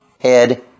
head